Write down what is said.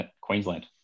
Queensland